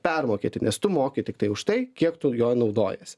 permokėti nes tu moki tiktai už tai kiek tu jo naudojiesi